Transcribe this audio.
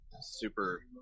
super